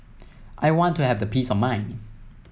I want to have the peace of mind